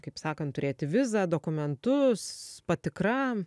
kaip sakant turėti vizą dokumentus patikra